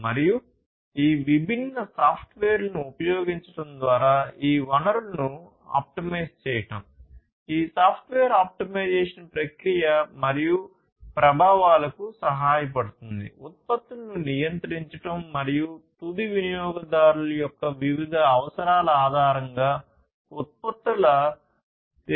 మరియు ఈ విభిన్న సాఫ్ట్వేర్లను ఉపయోగించడం ద్వారా ఈ వనరులను ఆప్టిమైజ్ చేయడం ఈ సాఫ్ట్వేర్ ఆప్టిమైజేషన్ ప్రక్రియ మరియు ప్రభావాలకు సహాయపడుతుంది ఉత్పత్తులను నియంత్రించడం మరియు తుది వినియోగదారుల యొక్క వివిధ అవసరాల ఆధారంగా ఉత్పత్తుల వ్యక్తిగతీకరణ